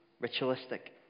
ritualistic